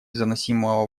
заносимого